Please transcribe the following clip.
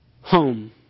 home